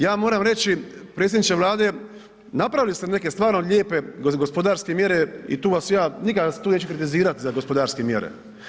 Ja moram reći predsjedniče Vlade napravili ste neke stvarno lijepe gospodarske mjere i tu vam se ja, nikada vas tu neću kritizirati za gospodarske mjere.